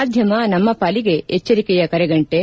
ಮಾಧ್ಯಮ ನಮ್ಮ ಪಾಲಿಗೆ ಎಚ್ಚರಿಕೆಯ ಕರೆಗಂಟೆ